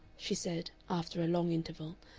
she said, after a long interval,